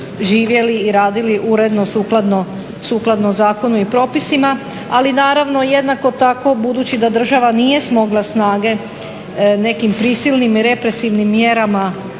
živjeli i radili uredno sukladno zakonu i propisima. Ali naravno jednako tako budući da država nije smogla snage nekim prisilnim represivnim mjerama